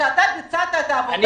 כשאתה ביצעת את העבודה שלך --- אני